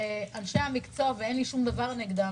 שאנשי המקצוע ואין לי שום דבר נגדם,